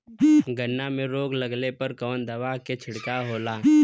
गन्ना में रोग लगले पर कवन दवा के छिड़काव होला?